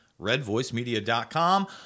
redvoicemedia.com